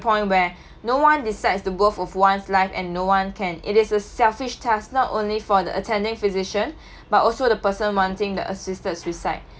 point where no one decides the birth of one's life and no one can it is a selfish task not only for the attending physician but also the person wanting the assisted suicide